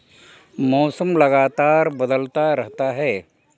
मौसम लगातार बदलता रहता है